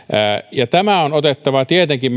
ja tämä meidän lainsäätäjinä on otettava tietenkin